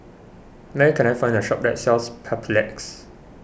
where can I find a shop that sells Papulex